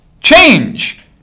Change